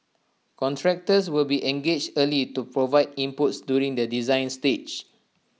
contractors will be engaged early to provide inputs during the design stage